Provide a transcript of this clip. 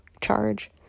charge